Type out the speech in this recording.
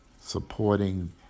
supporting